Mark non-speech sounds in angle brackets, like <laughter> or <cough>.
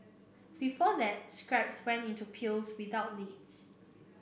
before that scraps went into <unintelligible> without lids